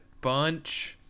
bunch